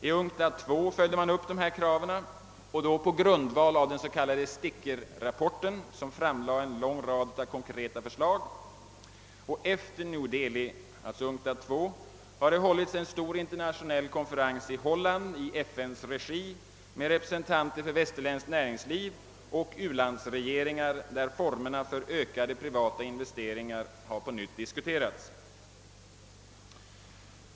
I UNCTAD II följde man upp dessa krav på grundval av den s.k. Stikkerrapporten, där det framlades en lång rad av konkreta förslag. Efter New Dehli-konferensen, alltså UNCTAD II, har det hållits en stor internationell konferens i FN:s regi i Holland med representanter för västerländskt näringsliv och ulandsregeringar, där formerna för ökade privata investeringar på nytt har diskuterats.